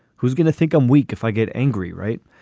who's going to think i'm weak if i get angry? right.